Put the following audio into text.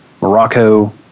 Morocco